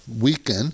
weaken